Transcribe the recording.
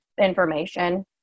information